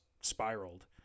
spiraled